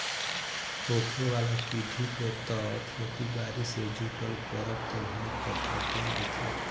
होखे वाला पीढ़ी के त खेती बारी से जुटल परब त्योहार त पते नएखे